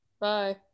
bye